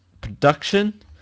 production